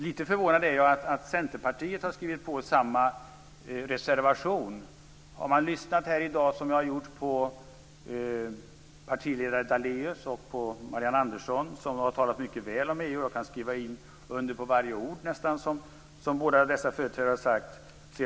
Lite förvånad är jag över att Centerpartiet har skrivit på samma reservation. Jag har lyssnat här i dag på partiledare Daléus och på Marianne Andersson, som har talat mycket väl om EU. Jag kan skriva under på nästan varje ord som båda dessa företrädare har yttrat.